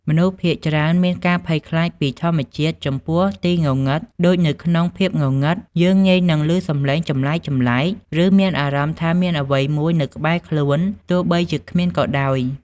មនុស្សភាគច្រើនមានការភ័យខ្លាចពីធម្មជាតិចំពោះទីងងឹតដូចនៅក្នុងភាពងងឹត យើងងាយនឹងឮសំឡេងចម្លែកៗ ឬមានអារម្មណ៍ថាមានអ្វីមួយនៅក្បែរខ្លួន ទោះបីជាគ្មានក៏ដោយ ។